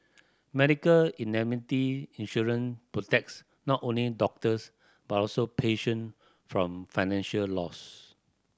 medical indemnity insurance protects not only doctors but also patient from financial loss